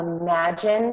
imagine